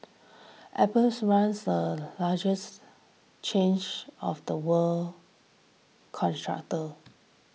apples runs the largest change of the world contractors